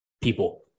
people